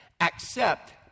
Accept